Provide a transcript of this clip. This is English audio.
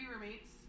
roommates